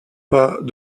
pas